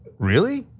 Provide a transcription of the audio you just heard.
really?